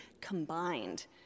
combined